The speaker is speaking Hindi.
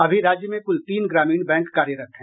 अभी राज्य में कुल तीन ग्रामीण बैंक कार्यरत हैं